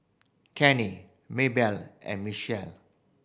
Kenny Mabelle and Michell